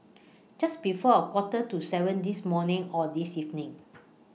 Just before A Quarter to seven This morning Or This evening